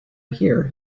here